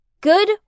Good